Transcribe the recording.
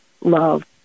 love